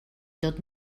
tot